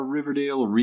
Riverdale